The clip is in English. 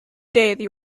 day